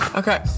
okay